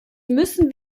müssen